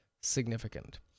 significant